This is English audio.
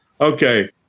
Okay